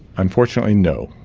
unfortunately no.